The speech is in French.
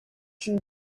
une